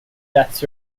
deaths